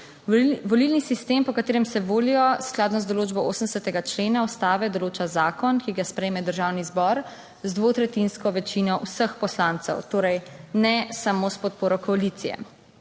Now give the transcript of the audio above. Volilni sistem, po katerem se volijo skladno z določbo 80. člena ustave, določa zakon, ki ga sprejme državni zbor z dvotretjinsko večino vseh poslancev, torej, ne samo s podporo koalicije.